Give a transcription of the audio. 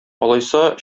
алайса